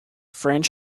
french